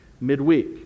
midweek